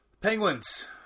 Penguins